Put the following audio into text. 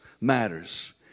matters